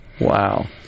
Wow